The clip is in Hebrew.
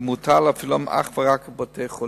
ומותר להפעילן אך ורק בבתי-חולים.